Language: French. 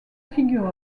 figure